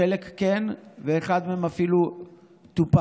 חלק מהם, ואחד מהם אפילו טופל.